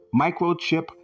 microchip